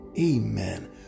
Amen